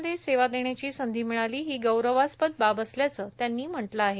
मध्ये सेवा देण्याची संधी मिळाली ही गौरवास्पद बाब असल्याचं त्यांनी म्हटलं आहे